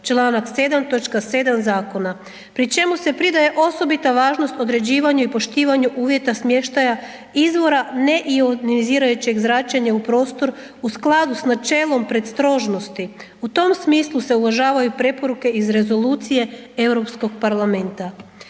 toč. 7. Zakona, pri čemu se pridaje osobita važnost određivanju i poštivanju uvjeta smještaja izvora neionizirajućeg zračenja u prostor u skladu s načelom predostrožnosti. U tom smislu se uvažavaju preporuke iz Rezolucije EU parlamenta.